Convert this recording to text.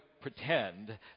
pretend